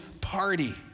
party